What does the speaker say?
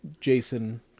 Jason